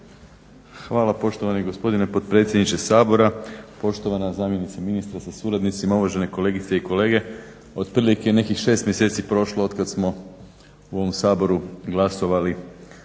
Hvala poštovani gospodine potpredsjedniče Sabora. Poštovana zamjenice ministra sa suradnicima, uvažene kolegice i kolege. Otprilike je nekih 6 mjeseci prošlo od kada smo u ovom Saboru glasovali